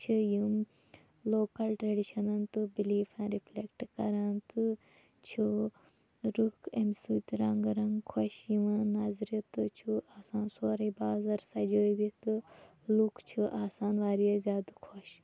چھِ یِم لوکَل ٹریڈِشَنَن تہٕ بٔلیٖفَن رِفلیکٹہٕ کَران تہٕ چھِ رٕکھ اَمہِ سۭتۍ رَنٛگہٕ رَنٛگہٕ خۄش یوان نظرِ تہٕ چھُ آسان سورُے بازَر سجٲوِتھ تہٕ لُکھ چھِ آسان واریاہ زیادٕ خۄش